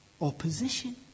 opposition